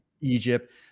Egypt